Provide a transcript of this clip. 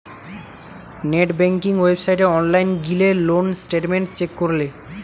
net banking ওয়েবসাইটে online গিলে loan statement check করলে